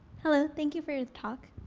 hello. thank you for your talk.